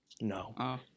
No